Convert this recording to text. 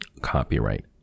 copyright